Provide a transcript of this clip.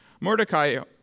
Mordecai